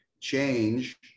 change